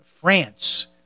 France